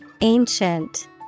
Ancient